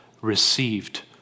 received